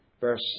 Verse